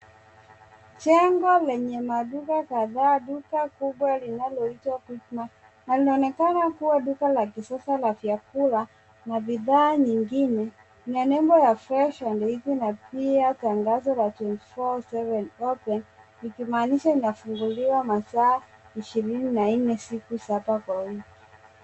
Jengo lenye maduka kadhaa duka kubwa linaloitwa, quickmart. Linaonekana kuwa duka la kisasa la vyakula na bidhaa zingine. Ina nembo ya ,fresh and eat na pia tangazo la, twenty four seven open likimaanisha inafungukiwa masaa ishirini na nne siku saba kwa wiki.